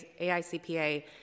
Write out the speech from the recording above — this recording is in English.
AICPA